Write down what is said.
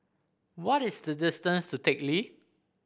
what is the distance to Teck Lee